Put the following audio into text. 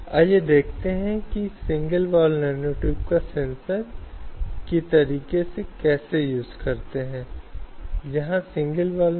संदर्भसमय को देखें 1928 अब जब हम यौन उत्पीड़न कहते हैं तो यह वास्तव में क्या है